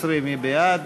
13) מי בעד?